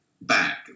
back